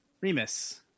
Remus